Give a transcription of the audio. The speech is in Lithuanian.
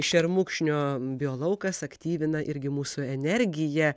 šermukšnio biologas aktyvina irgi mūsų energiją